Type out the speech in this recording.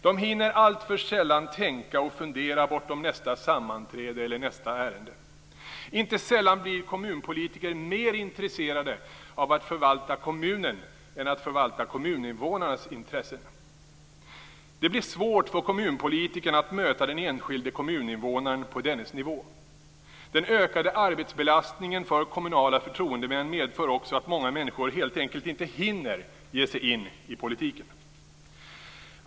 De hinner alltför sällan tänka och fundera bortom nästa sammanträde eller nästa ärende. Inte sällan blir kommunpolitiker mer intresserade av att förvalta kommunen än av att förvalta kommuninvånarnas intressen. Det blir svårt för kommunpolitikern att möta den enskilde kommuninvånaren på dennes nivå. Den ökade arbetsbelastningen för kommunala förtroendemän medför också att många människor helt enkelt inte hinner ge sig in i politiken.